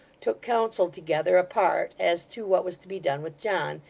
took counsel together, apart, as to what was to be done with john,